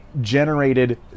generated